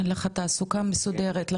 אין לך תעסוקה מסודרת,